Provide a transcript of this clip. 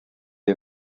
est